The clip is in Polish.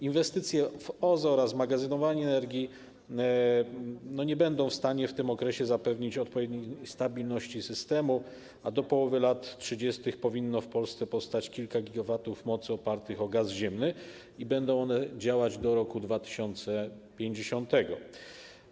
Inwestycje w OZE oraz magazynowanie energii nie będą w stanie w tym okresie zapewnić odpowiedniej stabilności systemu, a do połowy lat 30. powinno w Polsce powstać kilka gigawatów mocy opartych na gazie ziemnym i będzie to działać do 2050 r.